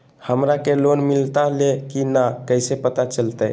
हमरा के लोन मिलता ले की न कैसे पता चलते?